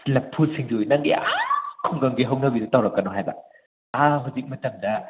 ꯑꯁ ꯂꯐꯨ ꯁꯤꯡꯖꯨ ꯑꯌꯦ ꯅꯪꯒꯤ ꯑꯥ ꯈꯨꯡꯒꯪꯒꯤ ꯍꯧꯅꯕꯤꯗꯣ ꯇꯧꯔꯛꯀꯅꯣ ꯍꯥꯏꯕ ꯑꯥ ꯍꯧꯖꯤꯛ ꯃꯇꯃꯗ